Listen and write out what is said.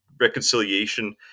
reconciliation